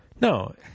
No